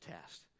test